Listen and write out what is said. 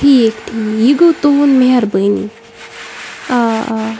ٹھیٖک ٹھیٖک یہِ گوٚو تُہُنٛد مہربٲنی آ آ